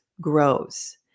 grows